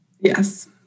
Yes